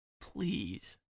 please